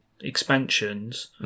expansions